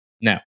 Now